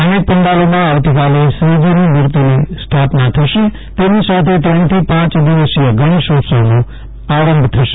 અનેક પંડાલોમાં આવતી કાલે શ્રીજીની મૂર્તિની સ્થાપના થશે તેની સાથે ત્રણથી પાંચ દિવસીય ગણેશોત્સવનો આરંભ થશે